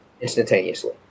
instantaneously